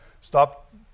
Stop